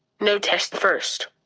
no test first.